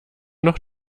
noch